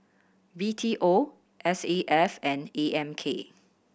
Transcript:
B T O S A F and A M K